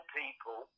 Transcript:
people